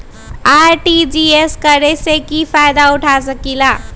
RTGS करे से की फायदा उठा सकीला?